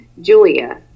Julia